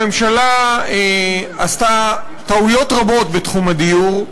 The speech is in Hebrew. הממשלה עשתה טעויות רבות בתחום הדיור,